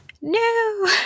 no